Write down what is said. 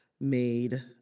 made